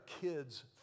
kids